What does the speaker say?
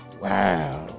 Wow